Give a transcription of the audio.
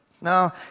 No